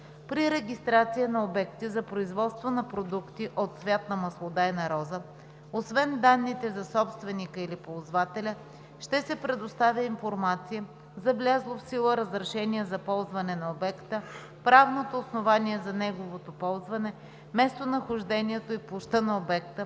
При регистрация на обекти за производство на продукти от цвят на маслодайна роза освен данните за собственика или ползвателя ще се предоставя информация за влязло в сила разрешение за ползване на обекта, правното основание за неговото ползване, местонахождението и площта на обекта,